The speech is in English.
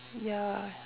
ya